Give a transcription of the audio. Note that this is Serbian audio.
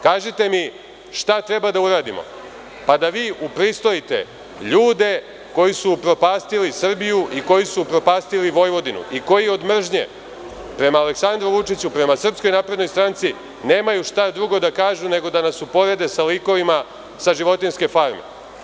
Kažite - šta treba da uradimo, pa da vi upristojite ljude koji su upropastili Srbiju i koji su upropastili Vojvodinu i koji od mržnje prema Aleksandru Vučiću, prema SNS nemaju šta drugo da kažu, nego da nas uporede sa likovima iz „Životinjske farme“